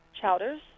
chowders